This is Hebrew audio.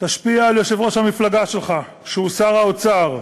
תשפיע על יושב-ראש המפלגה שלך, שהוא שר האוצר,